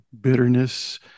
bitterness